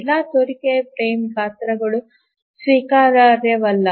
ಎಲ್ಲಾ ತೋರಿಕೆಯ ಫ್ರೇಮ್ ಗಾತ್ರಗಳು ಸ್ವೀಕಾರಾರ್ಹವಲ್ಲ